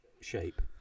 shape